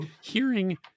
hearing